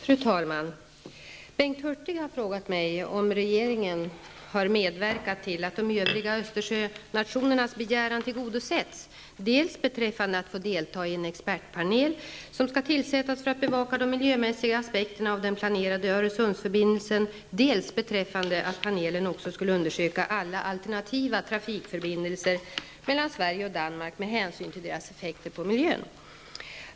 Fru talman! Bengt Hurtig har frågat mig om regeringen har medverkat till att de övriga Östersjönationernas begäran tillgodosetts dels beträffande att få delta i en expertpanel som skall tillsättas för att bevaka de miljömässiga aspekterna av den planerade Öresundsförbindelsen, dels beträffande att panelen också skulle undersöka alla alternativa trafikförbindelser mellan Sverige och Danmark med hänsyn till deras effekter på miljön.